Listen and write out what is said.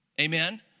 amen